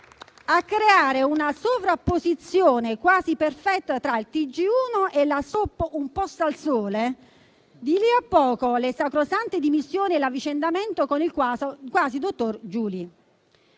a creare una sovrapposizione quasi perfetta tra il TG1 e la *soap* «Un posto al sole». Di lì a poco, le sacrosante dimissioni e l'avvicendamento con il quasi dottor Giuli.